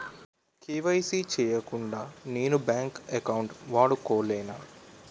KYC చేయకుండా నేను bank account వాడుకొలేన?